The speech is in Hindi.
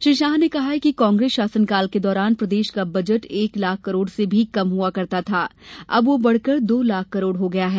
श्री शाह ने कहा कि कांग्रेस शासनकाल के दौरान प्रदेश का बजट एक लाख करोड़ से भी कम हुआ करता था अब वह बढ़कर दो लाख करोड़ हो गया है